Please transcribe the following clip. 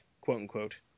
quote-unquote